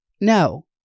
No